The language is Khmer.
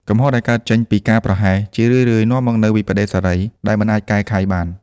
កំហុសដែលកើតចេញពីការប្រហែស ជារឿយៗនាំមកនូវវិប្បដិសារីដែលមិនអាចកែខៃបាន។